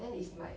then is like